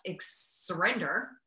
surrender